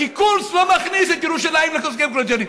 כי קורץ לא מכניס את ירושלים להסכם הקואליציוני.